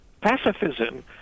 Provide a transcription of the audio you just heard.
pacifism